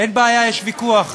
אין בעיה, יש ויכוח,